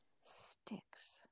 sticks